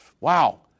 wow